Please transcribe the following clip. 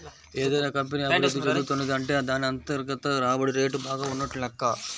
ఏదైనా కంపెనీ అభిరుద్ధి చెందుతున్నది అంటే దాన్ని అంతర్గత రాబడి రేటు బాగా ఉన్నట్లు లెక్క